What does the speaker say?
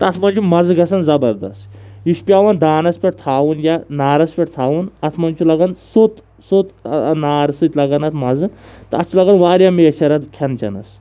تَتھ منٛز چھُ مَزٕ گَژھان زَبردست یہِ چھُ پٮ۪وان دانَس پٮ۪ٹھ تھاوُن یا نارَس پٮ۪ٹھ تھاوُن اَتھ منٛز چھُ لَگَان سوٚت سوٚت نارٕ سۭتۍ لَگَان اَتھ مَزٕ تہٕ اَتھ چھُ لَگَان واریاہ میچھَر اتھ کھٮ۪ن چَٮ۪نَس